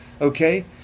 Okay